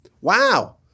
Wow